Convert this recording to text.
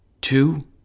two